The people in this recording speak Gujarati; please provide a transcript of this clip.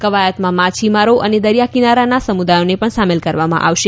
ક્વાયતમાં માછીમારો અને દરિયાકિનારાના સમુદાયોને પણ સામેલ કરવામાં આવશે